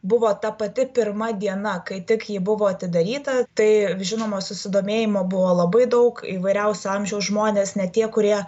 buvo ta pati pirma diena kai tik ji buvo atidaryta tai žinoma susidomėjimo buvo labai daug įvairiausio amžiaus žmonės net tie kurie